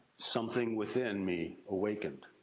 something within me awakened.